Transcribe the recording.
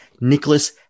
Nicholas